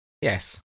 Yes